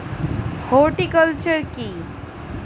Horticulture কি?